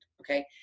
Okay